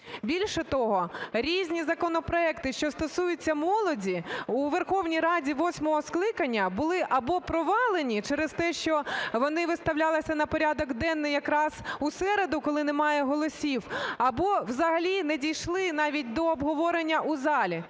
Більше того, різні законопроекти, що стосуються молоді, у Верховній Раді восьмого скликання були або провалені через те, що вони виставлялися на порядок денний якраз у середу, коли немає голосів, або взагалі не дійшли навіть до обговорення у залі.